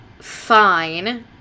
fine